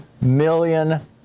million